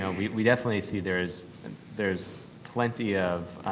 and we we definitely see there's and there's plenty of